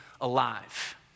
alive